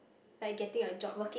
like getting a job